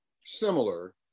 similar